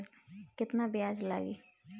केतना ब्याज लागी?